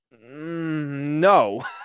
no